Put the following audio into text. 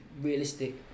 realistic